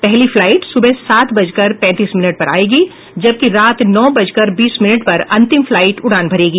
पहली फ्लाइट सुबह सात बजकर पैंतीस मिनट पर आयेगी जबकि रात नौ बजकर बीस मिनट पर अंतिम फ्लाइट उड़ान भरेगी